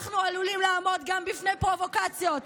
אנחנו עלולים לעמוד גם בפני פרובוקציות.